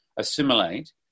assimilate